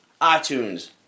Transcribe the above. ITunes